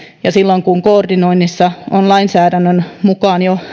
ja silloin kun koordinoinnissa on lainsäädännön mukaan jo